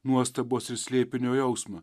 nuostabos ir slėpinio jausmą